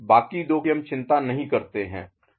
बाकी दो की हम चिंता नहीं करते हैं